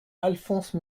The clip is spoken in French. alphonse